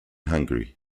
hungary